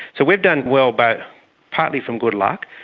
so we've done well, but partly from good luck,